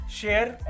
share